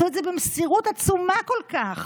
הם עשו את זה במסירות עצומה כל כך,